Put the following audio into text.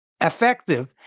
effective